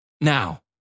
Now